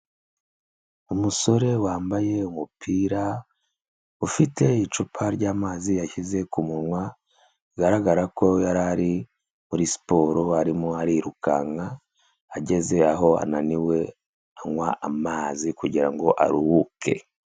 Umusore wambaye umupira, ufite icupa ry'amazi yashyize ku munwa, bigaragara ko yari ari muri siporo arimo arirukanka, ageze aho ananiwe anywa amazi kugira ngo aruhuke.